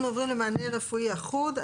אנחנו עוברים למענה רפואי אחוד.